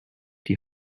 die